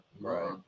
Right